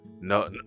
No